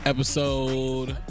Episode